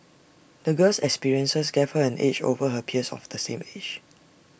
the girl's experiences gave her an edge over her peers of the same age